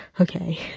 Okay